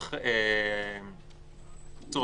בקיצור,